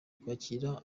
kwakira